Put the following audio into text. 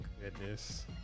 goodness